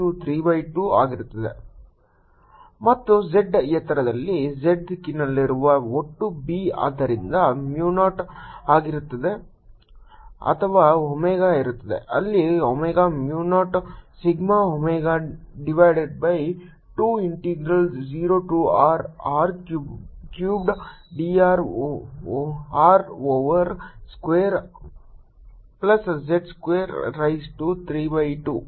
r2r2z232 Bzz0σω20Rr3drr2z232 ಮತ್ತು z ಎತ್ತರದಲ್ಲಿ z ದಿಕ್ಕಿನಲ್ಲಿರುವ ಒಟ್ಟು B ಆದ್ದರಿಂದ Mu 0 ಆಗಿರುತ್ತದೆ ಅಥವಾ ಒಮೆಗಾ ಇರುತ್ತದೆ ಅಲ್ಲಿ omega mu 0 sigma omega divided by 2 integral 0 to R r cubed dr over r square plus z square raise to 3 by two